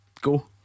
go